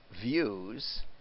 views